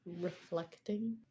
reflecting